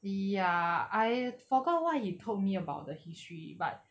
ya I forgot what he told me about the history but